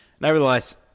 nevertheless